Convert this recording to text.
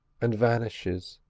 and vanishes.